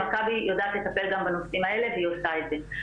מכבי יודעת לטפל גם בנושאים האלה והיא עושה את זה.